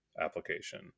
application